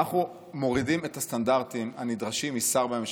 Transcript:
אנחנו מורידים את הסטנדרטים הנדרשים משר בממשלה.